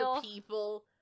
people